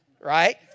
right